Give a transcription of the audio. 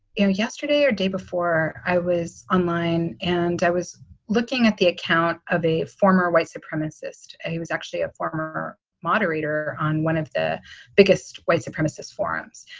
you know, yesterday or day before i was online and i was looking at the account of a former white supremacist, and he was actually a former moderator on one of the biggest white supremacist forums.